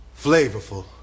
flavorful